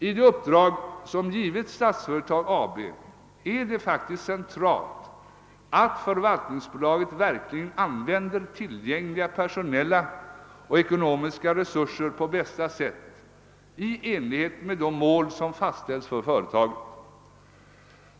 I det uppdrag som givits Statsföretag AB är det centralt att förvaltningsbolaget verkligen använder tillgängliga personella och ekonomiska resurser på bästa sätt i enlighet med de mål som fastställts för företagen.